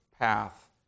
path